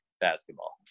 basketball